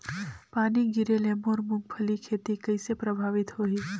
पानी गिरे ले मोर मुंगफली खेती कइसे प्रभावित होही?